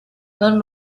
non